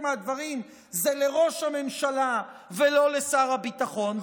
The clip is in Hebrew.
מהדברים זה לראש הממשלה ולא לשר הביטחון.